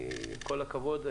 עם כל הכבוד,